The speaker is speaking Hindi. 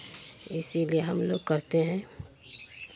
इसीलिए हम लोग करते हैं